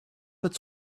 its